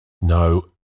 No